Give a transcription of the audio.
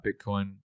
Bitcoin